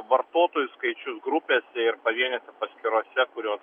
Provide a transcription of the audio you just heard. vartotojų skaičius grupėse ir pavienėse paskyrose kurios